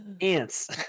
Ants